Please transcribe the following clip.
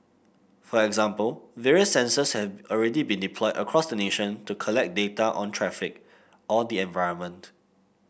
for example various sensors have already been deployed across the nation to collect data on traffic or the environment